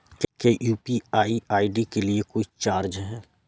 क्या UPI ID के लिए कोई चार्ज है?